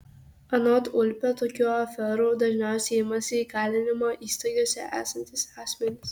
anot ulpio tokių aferų dažniausiai imasi įkalinimo įstaigose esantys asmenys